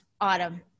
autumn